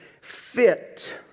fit